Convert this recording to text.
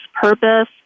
purpose